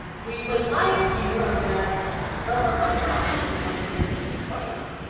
we would like you, i'm gonna lower my volume so you don't hear music twice.